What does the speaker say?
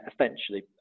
essentially